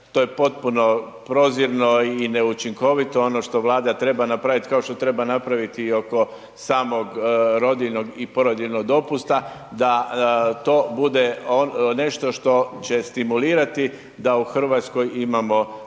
to je potpuno prozirno i neučinkovito. Ono što Vlada treba napravit, kao što treba napraviti i oko samog rodiljnog i porodiljnog dopusta da to bude nešto što će stimulirati da u RH imamo, imamo